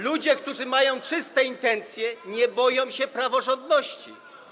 Ludzie, którzy mają czyste intencje, nie boją się praworządności.